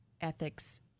ethics